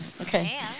Okay